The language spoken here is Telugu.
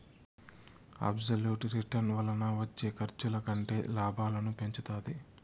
అబ్సెల్యుట్ రిటర్న్ వలన వచ్చే ఖర్చుల కంటే లాభాలను పెంచుతాది